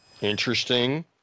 Interesting